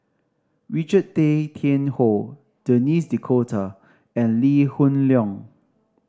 Richard Tay Tian Hoe Denis D'Cotta and Lee Hoon Leong